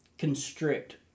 Constrict